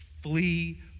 flee